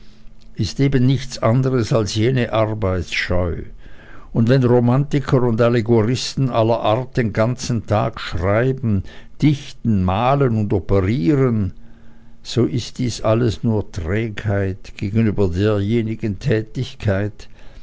ist eben nichts anderes als jene arbeitsscheu und wenn romantiker und allegoristen aller art den ganzen tag schreiben dichten malen und operieren so ist dies alles nur trägheit gegenüber derjenigen tätigkeit